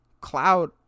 cloud